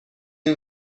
این